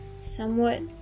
somewhat